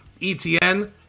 ETN